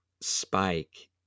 spike